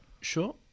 sure